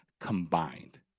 combined